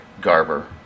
Garber